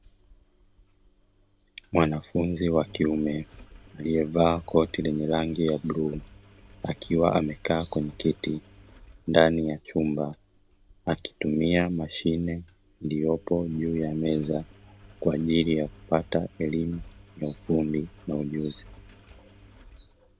Mwanafunzi wakiume alioyevaa koti lenye rangi ya bluu, akiwa amekaa kwenye kiti ndani ya chumba, akitumia mashine iliyopo juu ya meza, kwa ajili yakupata elimu ya ufundi na ujuzi.